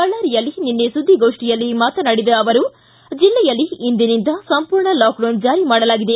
ಬಳ್ಳಾರಿಯಲ್ಲಿ ನಿನ್ನೆ ಸುದ್ದಿಗೋಷ್ಠಿಯಲ್ಲಿ ಮಾತನಾಡಿದ ಅವರು ಜಿಲ್ಲೆಯಲ್ಲಿ ಇಂದಿನಿಂದ ಸಂಪೂರ್ಣ ಲಾಕ್ಡೌನ್ ಜಾರಿ ಮಾಡಲಾಗಿದೆ